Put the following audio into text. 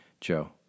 Joe